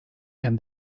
and